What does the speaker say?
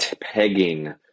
pegging